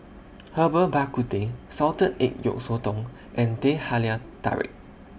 Herbal Bak Ku Teh Salted Egg Yolk Sotong and Teh Halia Tarik